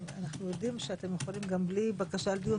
אנחנו יודעים שאתם גם יכולים בלי בקשת דיון